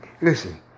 listen